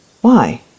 Why